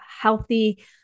healthy